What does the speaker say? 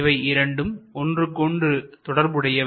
இவை இரண்டும் ஒன்றுக்கு ஒன்று தொடர்புடையவை